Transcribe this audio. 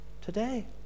today